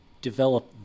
develop